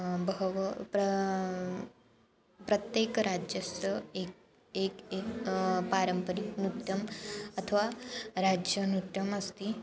बहवः प्र प्रत्येकराज्यस्य एकं एक्ं पारम्परिकनृत्यम् अथवा राज्यनृत्यमस्ति